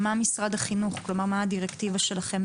מה הדירקטיבה שלכם?